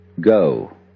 go